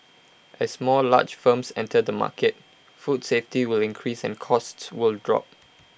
as more large firms enter the market food safety will increase and costs will drop